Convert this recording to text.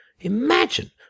imagine